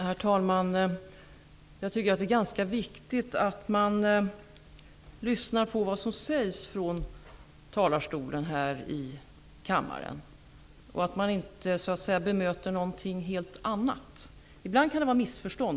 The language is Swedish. Herr talman! Jag tycker att det är ganska viktigt att man lyssnar på vad som sägs från talarstolen här i kammaren, och att man inte bemöter någonting helt annat. Ibland kan det bli missförstånd.